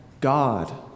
God